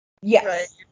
yes